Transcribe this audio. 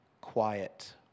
quiet